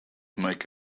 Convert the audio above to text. make